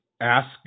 ask